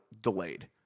delayed